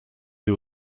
для